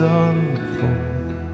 unfold